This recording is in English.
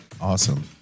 Awesome